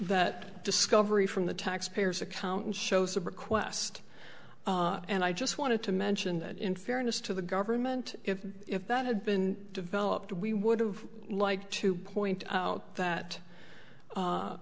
that discovery from the taxpayers account shows a request and i just wanted to mention that in fairness to the government if if that had been developed we would of like to point out that